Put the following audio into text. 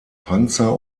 panzer